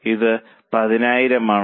ഇത് 10000 ആണോ